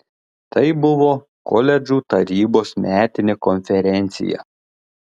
tai buvo koledžų tarybos metinė konferencija